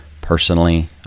Personally